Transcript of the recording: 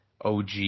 OG